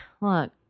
Look